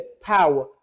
power